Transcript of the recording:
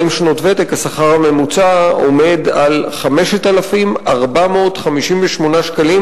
שנות ותק השכר הממוצע עומד על 5,458 שקלים,